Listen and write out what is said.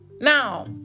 Now